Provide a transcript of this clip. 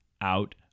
out